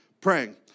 praying